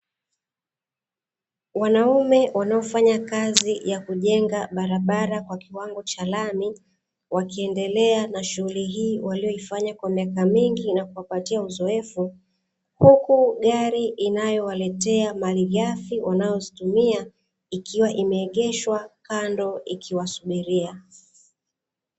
Wanaume wanaofanya kazi ya kujenga barabara kwa kiwango cha lami, wakiendelea na shughuli hii waliyoifanya kwa miaka mingi na kuwapatia uzoefu, huku gari inayowaletea malighafi wanazozitumia ikiwa imeegeshwa kando ikiwasubiria.